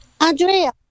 Andrea